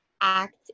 act